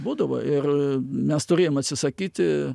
būdavo ir mes turėjom atsisakyti